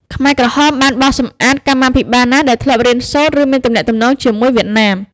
ខ្មែរក្រហមបានបោសសម្អាតកម្មាភិបាលណាដែលធ្លាប់រៀនសូត្រ ឬមានទំនាក់ទំនងជាមួយវៀតណាម។